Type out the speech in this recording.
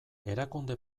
erakunde